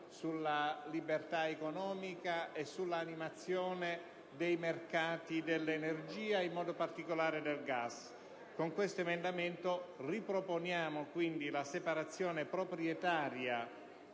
sulla libertà economica e sull'animazione dei mercati dell'energia, e in modo particolare del gas. Con questo emendamento riproponiamo, quindi, la separazione proprietaria